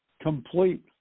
complete